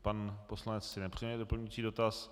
Pan poslanec si nepřeje doplňující dotaz.